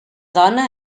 dona